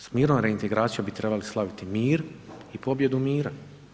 S mirnom reintegracijom bi trebali slaviti mir i pobjedu mira.